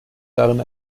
darin